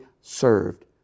served